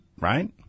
right